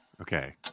Okay